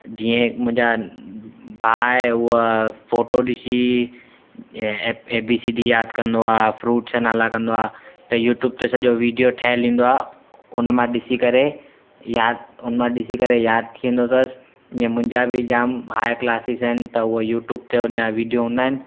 जीअं मुंहिंजा भाउ आहे उहे फोटो ॾिसी ऐं ए बी सी डी यादि कंदो आहे फ्रूट्स जे नाला कंदो आहे त यूट्यूब ते सॼो वीडियो ठहियलु ईंदो आहे उन मां ॾिसी करे यादि हुन मां ॾिसी करे यादि थी वेंदो अथसि ईअं मुंहिंजा बि जाम हायर क्लासिस आहिनि त उहे यूट्यूब ते उन जा वीडियो हूंदा आहिनि